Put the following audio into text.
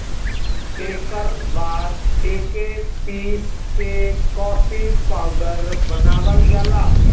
एकर बाद एके पीस के कॉफ़ी पाउडर बनावल जाला